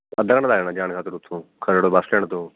ਅੱਧਾ ਘੰਟਾ ਲੱਗ ਜਾਣਾ ਜਾਣ ਖਾਤਰ ਉੱਥੋਂ ਖਰੜ ਬਸ ਸਟੈਂਡ ਤੋਂ